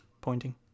pointing